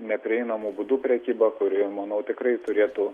neprieinamu būdu prekybą kuri manau tikrai turėtų